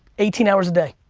eighteen hours a day.